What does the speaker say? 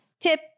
tip